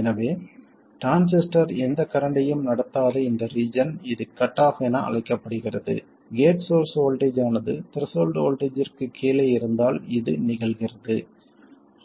எனவே டிரான்சிஸ்டர் எந்த கரண்ட்டையும் நடத்தாத இந்த ரீஜன் இது கட் ஆஃப் என அழைக்கப்படுகிறது கேட் சோர்ஸ் வோல்ட்டேஜ் ஆனது த்ரெஷோல்ட் வோல்ட்டேஜ்ஜிற்குக் கீழே இருந்தால் இது நிகழ்கிறது